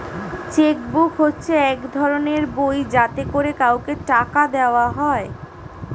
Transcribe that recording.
check book হচ্ছে এক ধরনের বই যাতে করে কাউকে টাকা দেওয়া হয়